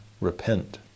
repent